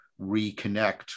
reconnect